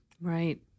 Right